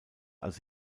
als